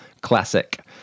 classic